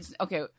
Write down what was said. Okay